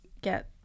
get